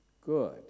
good